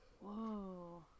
Whoa